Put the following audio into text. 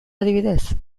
adibidez